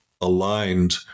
aligned